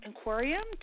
aquarium